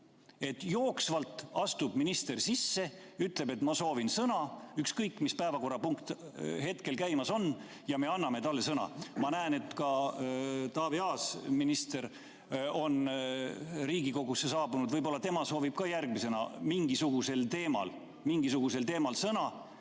et jooksvalt astub minister sisse, ütleb, et ta soovib sõna, ükskõik, mis päevakorrapunkt on hetkel käimas, ja me anname talle sõna. Ma näen, et ka Taavi Aas, minister, on Riigikogusse saabunud. Võib-olla tema soovib järgmisena mingisugusel teemal sõna ja ta võib